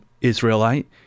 Israelite